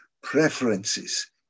preferences